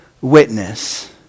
witness